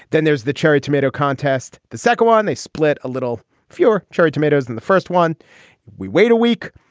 then there's the cherry tomato contest. the second one, they split a little fior cherry tomatoes and the first one we wait a week.